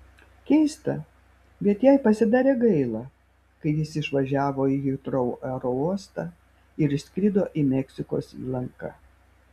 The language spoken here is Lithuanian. keista bet jai pasidarė gaila kai jis išvažiavo į hitrou aerouostą ir išskrido į meksikos įlanką